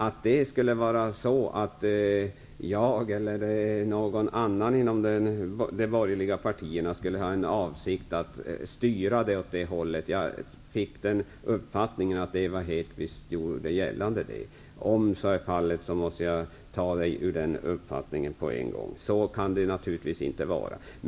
Men det är helt felaktigt att jag eller någon annan inom de borgerliga partierna skulle ha någon avsikt att styra det åt det hållet. Jag fick uppfattningen att det var vad Ewa Hedkvist gjorde gällande. Om så är fallet måste jag ta henne ur den uppfattningen på en gång. Så kan det naturligtvis inte vara.